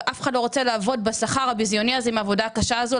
ואף אחד לא רוצה לעבוד בשכר הביזיוני הזה עם העבודה הקשה הזו,